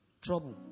trouble